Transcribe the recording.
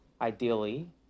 ideally